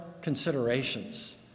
considerations